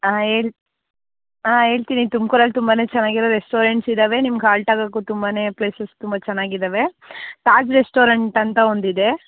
ಹಾಂ ಹೇಳ್ ಹಾಂ ಹೇಳ್ತೀನಿ ತುಮಕೂರಲ್ಲಿ ತುಂಬಾನೇ ಚೆನ್ನಾಗಿರೋ ರೆಸ್ಟೊರೆಂಟ್ಸ್ ಇದ್ದಾವೆ ನಿಮಗೆ ಹಾಲ್ಟ್ ಆಗಕ್ಕೂ ತುಂಬಾನೇ ಪ್ಲೇಸಸ್ ತುಂಬ ಚೆನ್ನಾಗಿದ್ದಾವೆ ತಾಜ್ ರೆಸ್ಟೋರೆಂಟ್ ಅಂತ ಒಂದಿದೆ